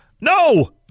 No